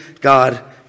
God